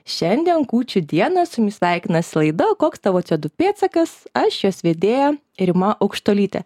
šiandien kūčių dieną su jumis sveikinasi laida koks tavo co du pėdsakas aš jos vedėja rima aukštuolytė